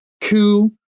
coup